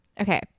Okay